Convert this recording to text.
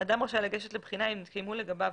אדם רשאי לגשת לבחינה אם התקיימו לגביו